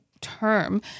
term